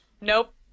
Nope